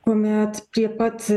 kuomet prie pat